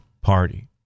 Party